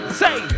say